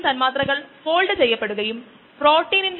അത് പറഞ്ഞുകഴിഞ്ഞാൽ നമുക്ക് പ്രാക്ടീസ് പ്രോബ്ലം 2